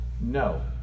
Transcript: no